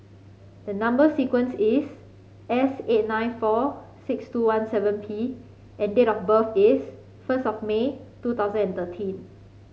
the number sequence is S eight nine four six two one seven P and date of birth is first of May two thousand and thirteen